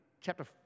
chapter